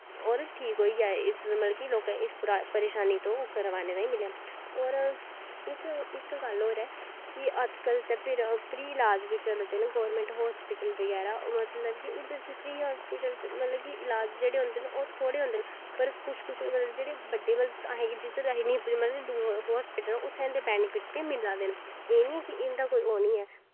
और ठीक होई जाए इस मतलव की लोकैं इस परेशानी तो करवानै तांई और इक गल्ल होर ऐ कि अज कल त फ्री इलाज़ बी चले दे न गौरमैंच हस्पिटल बगैरा मतलव कि उध्दर फ्री हस्पिटल च इलाज़ जेह्ड़े होंदा न ओह् थोह्ड़े होंदे न पर कुछ मतलव की बड्डे मतलव की असेंगी जिध्दर अस नेंई पुजदे मतलव की दूर हस्पिटल न उत्थें इंदे बैनिफिट मिला दे न एह् नी ऐ कि इंदा ओह् नी ऐ